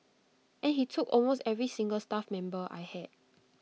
and he took almost every single staff member I had